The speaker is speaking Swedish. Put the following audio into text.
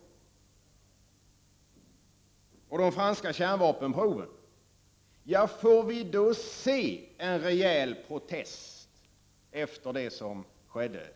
Beträffande de franska kärnvapenproven: Får vi då se en rejäl protest ef ter det som skedde i går?